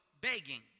begging